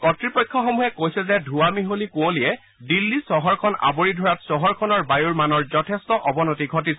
কৰ্তৃপক্ষসমূহে কৈছে যে ধোঁৱা মিহলি কুঁৱলীয়ে দিল্লী চহৰখন আৱৰি ধৰাত চহৰখনৰ বায়ুৰ মানৰ যথেষ্ট অৱনতি ঘটিছে